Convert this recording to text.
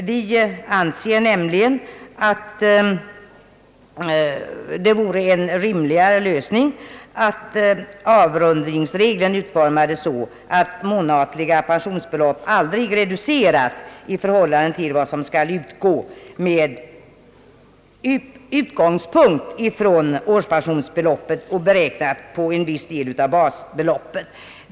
Vi anser nämligen att det vore en rimligare lösning att avrundningsregeln utformades så, att månat liga belopp aldrig reduceras i förhållande till vad som skall utgå med utgångspunkt från årspensionsbeloppet och beräknat på en viss del av basbeloppet.